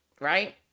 right